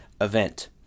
event